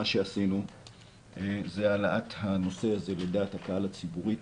מה שעשינו זה העלאת הנושא הזה בדעת הקהל הציבורית